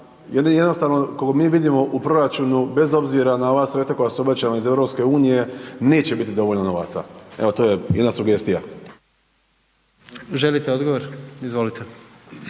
jednostavno koliko mi vidimo u proračuna bez obzira na ova sredstava koja su obećana iz EU neće biti dovoljno novaca. Evo to je jedna sugestija. **Jandroković,